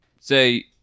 say